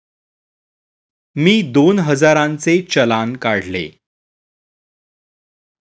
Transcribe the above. मी दोन हजारांचे चलान काढले